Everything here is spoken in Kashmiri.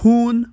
ہوٗن